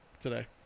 today